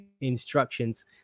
instructions